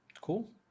Cool